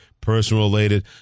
personal-related